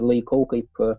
laikau kaip